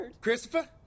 Christopher